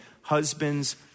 husbands